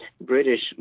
British